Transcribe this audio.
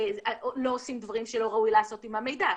שלא עושים דברים שלא ראוי לעשות עם המידע,